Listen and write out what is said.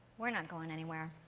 we're not going anywhere.